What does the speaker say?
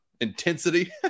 intensity